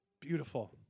Beautiful